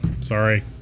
sorry